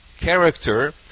character